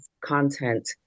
content